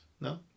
No